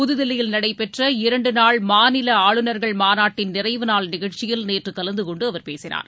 புதுதில்லியில் நடைபெற்ற இரண்டு நாள் மாநில ஆளுநர்கள் மாநாட்டின் நிறைவு நாள் நிகழ்ச்சியில் நேற்று கலந்து கொண்டு அவர் பேசினார்